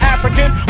African